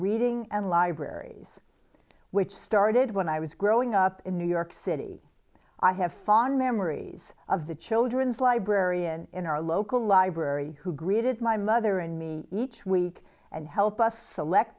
reading and libraries which started when i was growing up in new york city i have fond memories of the children's librarian in our local library who greeted my mother and me each week and help us select